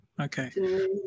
Okay